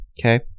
Okay